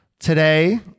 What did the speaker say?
today